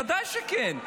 ודאי שכן.